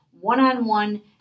one-on-one